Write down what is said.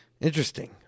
Interesting